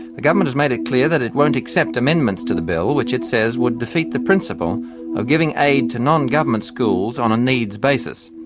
the government has made it clear that it won't accept amendments to the bill, which it says would defeat the principle of giving aid to non-government schools on a needs basis.